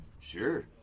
sure